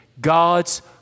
God's